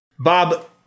Bob